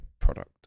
product